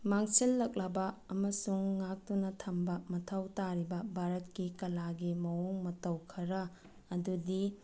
ꯃꯥꯡꯁꯤꯜꯂꯛꯂꯕ ꯑꯃꯁꯨꯡ ꯉꯥꯛꯇꯨꯅ ꯊꯝꯕ ꯃꯊꯧ ꯇꯥꯔꯤꯕ ꯚꯥꯔꯠꯀꯤ ꯀꯂꯥꯒꯤ ꯃꯑꯣꯡ ꯃꯇꯧ ꯈꯔ ꯑꯗꯨꯗꯤ